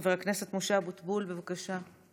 חבר הכנסת משה אבוטבול, בבקשה.